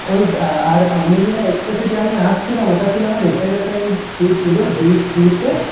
ওই আর অগ্নিবীণা এক্সপ্রেসে যে আমি আসছিলাম ওটা ছিল আমার রিজার্ভেশন সিট ছিল ডি থ্রিতে